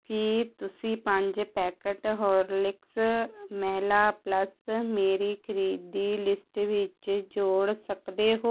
ਕੀ ਤੁਸੀਂ ਪੰਜ packet Horlicks ਮਹਿਲਾ ਪਲੱਸ ਮੇਰੀ ਖਰੀਦੀ ਲਿਸਟ ਵਿੱਚ ਜੋੜ ਸਕਦੇ ਹੋ